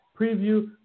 preview